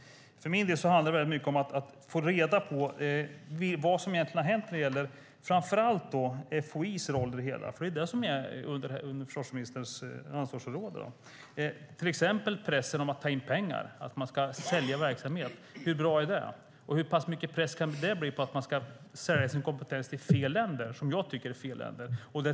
För min del handlar det mycket om att få reda på vad som egentligen har hänt när det gäller framför allt FOI:s roll i det hela, för det ligger ju under försvarsministerns ansvarsområde. Till exempel pressen att ta in pengar, att man ska sälja verksamhet, hur bra är det? Och hur pass mycket press kan det bli på att man ska sälja sin kompetens till, som jag tycker, fel länder?